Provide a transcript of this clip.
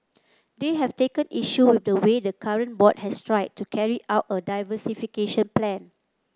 they have taken issue with the way the current board has tried to carry out a diversification plan